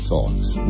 Talks